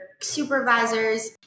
supervisors